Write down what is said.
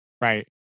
Right